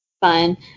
fun